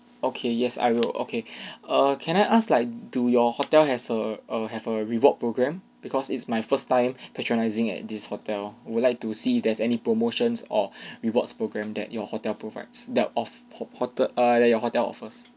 okay yes I will okay err can I ask like do your hotel has a err have a reward program because it's my first time patronising at this hotel would like to see if there's any promotions or rewards program that your hotel provides the of that err your hotel offers